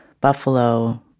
Buffalo